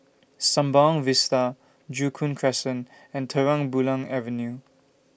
Sembawang Vista Joo Koon Crescent and Terang Bulan Avenue